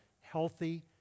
healthy